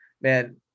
Man